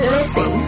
Listen